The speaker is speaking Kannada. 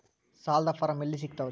ಸಾಲದ ಫಾರಂ ಎಲ್ಲಿ ಸಿಕ್ತಾವ್ರಿ?